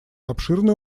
обширный